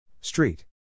Street